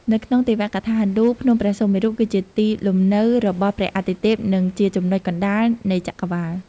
នៅក្នុងទេវកថាហិណ្ឌូ ភ្នំព្រះសុមេរុ គឺជាទីលំនៅរបស់ព្រះអាទិទេព និងជាចំណុចកណ្តាលនៃចក្រវាឡ។